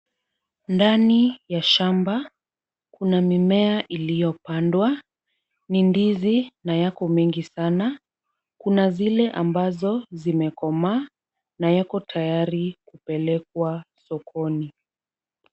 Ndani ya shamba kuna mimea iliyopandwa, ni ndizi na yako mengi sana ,kuna zile zimekomaa na yako tayari kupelekwa sokoni.